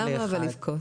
למה אבל לבכות?